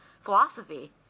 philosophy